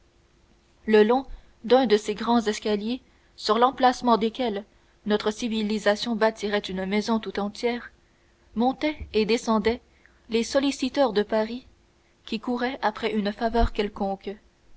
le long d'un de ses grands escaliers sur l'emplacement desquels notre civilisation bâtirait une maison tout entière montaient et descendaient les solliciteurs de paris qui couraient après une faveur quelconque